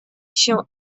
się